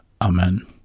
amen